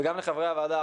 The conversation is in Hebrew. וגם לחברי הוועדה,